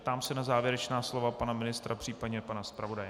Ptám se na závěrečná slova pana ministra, případně pana zpravodaje.